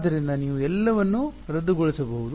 ಆದ್ದರಿಂದ ನೀವು ಎಲ್ಲವನ್ನೂ ರದ್ದುಗೊಳಿಸಬಹುದು